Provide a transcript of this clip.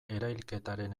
erailketaren